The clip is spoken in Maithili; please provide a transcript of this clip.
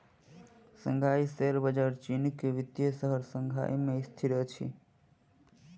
शंघाई शेयर बजार चीन के वित्तीय शहर शंघाई में स्थित अछि